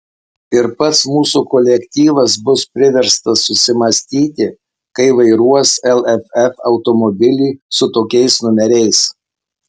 ir pats mūsų kolektyvas bus priverstas susimąstyti kai vairuos lff automobilį su tokiais numeriais